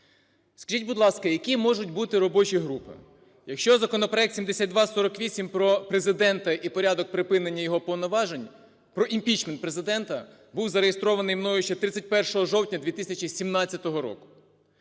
Скажіть, будь ласка, які можуть бути робочі групи, якщо законопроект 7248 про Президента і порядок припинення його повноважень, про імпічмент Президента, був зареєстрований мною ще 31 жовтня 2017 року,